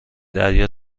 دریا